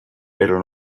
pero